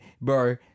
bro